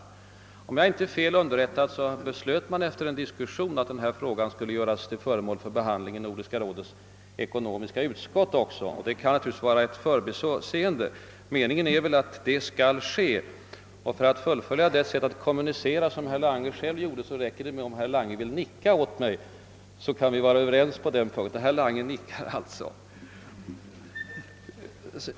Om jag inte är fel underrättad beslöt man efter en diskussion att denna fråga skulle göras till föremål för behandling även i Nordiska rådets ekonomiska utskott. Det kan naturligtvis vara ett förbiseende att detta inte nämns i svaret; meningen är väl att så skall ske? För att fullfölja det sätt att kommunicera som herr Lange själv tillämpade, räcker det om han vill nicka åt mig, så kan vi vara överens på den punkten. — Herr Lange nickar alltså.